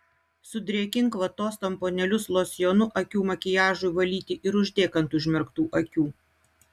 sudrėkink vatos tamponėlius losjonu akių makiažui valyti ir uždėk ant užmerktų akių